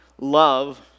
love